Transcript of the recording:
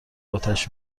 اتش